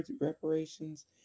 reparations